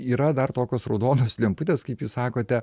yra dar tokios raudonos lemputės kaip jūs sakote